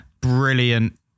Brilliant